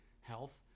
health